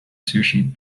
sushi